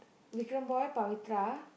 Vikram boy Pavithra